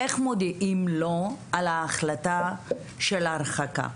איך מודיעים לו על ההחלטה של ההרחקה?